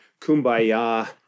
kumbaya